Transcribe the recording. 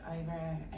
over